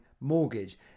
mortgage